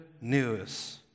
news